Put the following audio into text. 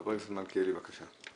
חבר הכנסת מלכיאלי, בבקשה.